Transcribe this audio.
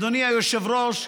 אדוני היושב-ראש,